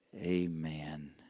Amen